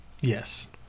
yes